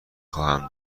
خواهم